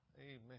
Amen